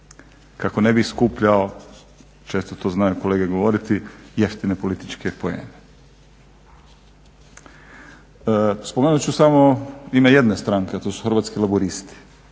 Kako ne bih skupljao, često to znaju kolege govoriti, jeftine političke poene. Spomenut ću samo ime jedne stranke, a to su Hrvatski laburisti.